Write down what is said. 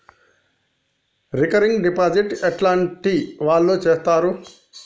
Recurring deposit ఎట్లాంటి వాళ్లు చేత్తరు?